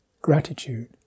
gratitude